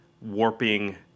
warping